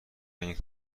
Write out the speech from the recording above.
این